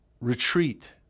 Retreat